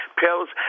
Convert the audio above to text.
pills